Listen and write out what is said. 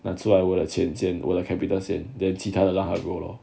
拿出来我的钱先我的 capital 先 then 其他的让他 roll lor